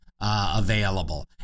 Available